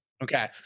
Okay